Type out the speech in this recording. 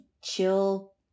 chill